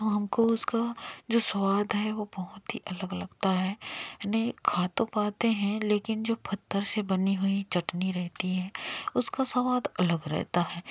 तो हमको उसका जो स्वाद है वह बहुत ही अलग लगता है ने खा तो पाते है लेकिन जो पत्थर से बनी हुई चटनी रहती है उसका स्वाद अलग रहता है